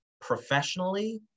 professionally